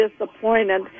disappointed